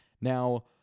Now